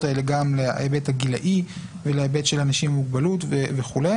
האלה גם להיבט הגילאי ולהיבט של אנשים עם מוגבלות וכו'.